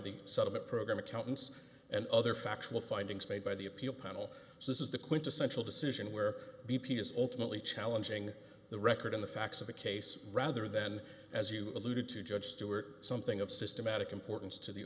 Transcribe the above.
the settlement program accountants and other factual findings made by the appeal panel this is the quintessential decision where b p is ultimately challenging the record in the facts of the case rather than as you alluded to judge stuart something of systematic importance to the